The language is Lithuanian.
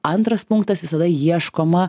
antras punktas visada ieškoma